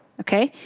okay.